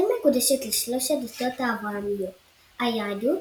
העיר מקודשת לשלוש הדתות האברהמיות היהדות,